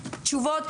תשובות.